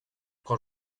quand